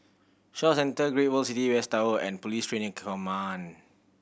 Shaw Centre Great World City West Tower and Police Training Command